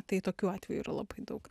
tai tokių atvejų yra labai daug